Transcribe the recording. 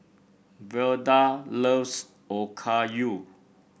Velda loves Okayu